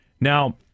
Now